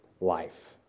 life